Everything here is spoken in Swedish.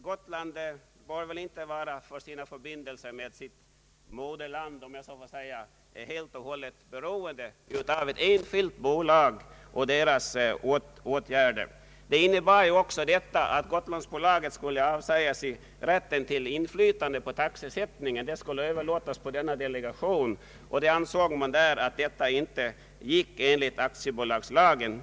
Gotland skall väl inte för sina förbindelser med ”moderlandet” vara helt och hållet beroende av ett enskilt bolag och dess åtgärder. Avtalsförslaget innebar ju också att Gotlandsbolaget skulle avsäga sig rätten till inflytande på taxesättningen, som skulle överlåtas till delegationen, men bolaget ansåg att detta inte gick enligt aktiebolagslagen.